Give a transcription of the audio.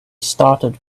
started